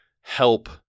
help